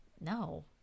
No